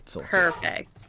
perfect